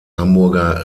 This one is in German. hamburger